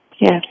Yes